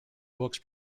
books